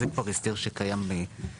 זה כבר הסדר שקיים בחוק.